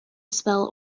spell